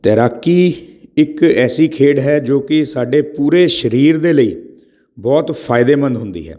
ਤੈਰਾਕੀ ਇੱਕ ਐਸੀ ਖੇਡ ਹੈ ਜੋ ਕਿ ਸਾਡੇ ਪੂਰੇ ਸਰੀਰ ਦੇ ਲਈ ਬਹੁਤ ਫ਼ਾਇਦੇਮੰਦ ਹੁੰਦੀ ਹੈ